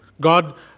God